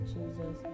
Jesus